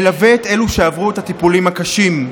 מלווה את אלו שעברו את הטיפולים הקשים.